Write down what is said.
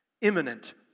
imminent